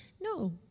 No